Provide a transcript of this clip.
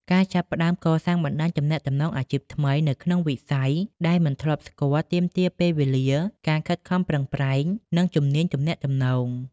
ការចាប់ផ្តើមកសាងបណ្តាញទំនាក់ទំនងអាជីពថ្មីនៅក្នុងវិស័យដែលមិនធ្លាប់ស្គាល់ទាមទារពេលវេលា ការខិតខំប្រឹងប្រែង និងជំនាញទំនាក់ទំនង។